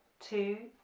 two,